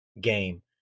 game